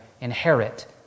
inherit